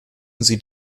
sie